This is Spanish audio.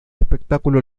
espectáculo